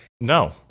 No